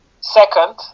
second